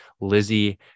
Lizzie